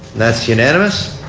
that is unanimous.